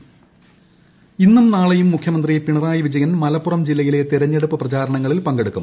പ്രചാരണം മുഖ്യമന്ത്രി ഇന്നും നാളെയും മുഖ്യമന്ത്രി പിണറായി വിജയൻ മലപ്പുറം ജില്ലയിലെ തെരഞ്ഞെടുപ്പ് പ്രചാരണങ്ങളിൽ പങ്കെടുക്കും